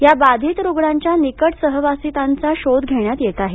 या बाधित रुग्णांच्या निकट सहवासितांचाही शोध घेण्यात येत आहे